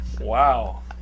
Wow